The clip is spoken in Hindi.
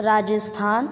राजस्थान